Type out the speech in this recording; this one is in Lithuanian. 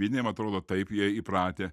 vieniem atrodo taip jie įpratę